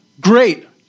Great